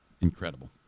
incredible